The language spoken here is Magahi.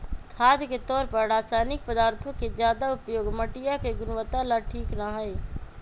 खाद के तौर पर रासायनिक पदार्थों के ज्यादा उपयोग मटिया के गुणवत्ता ला ठीक ना हई